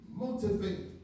motivate